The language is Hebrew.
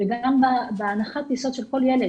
וגם בהנחת יסוד של כל ילד,